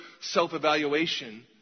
self-evaluation